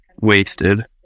wasted